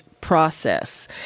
process